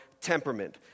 temperament